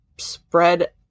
spread